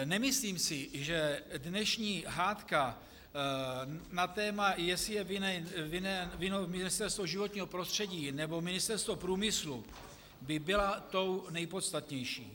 Nemyslím si, že dnešní hádka na téma, jestli je vinno Ministerstvo životního prostředí, nebo Ministerstvo průmyslu, by byla tou nejpodstatnější.